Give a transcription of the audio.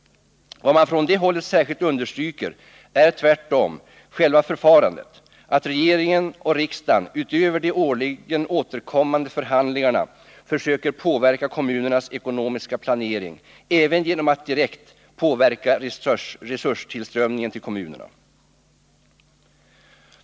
Vad man från det hållet särskilt understryker är tvärtom själva förfarandet att regeringen och riksdagen utöver de årligen återkommande förhandlingarna försöker påverka kommunernas ekonomiska planering även genom att direkt påverka resurstillströmningen till kommunerna.